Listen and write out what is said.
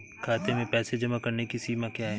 खाते में पैसे जमा करने की सीमा क्या है?